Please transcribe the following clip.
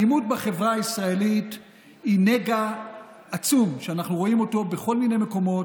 האלימות בחברה הישראלית היא נגע עצום שאנחנו רואים בכל מיני מקומות.